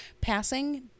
Passing